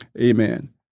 Amen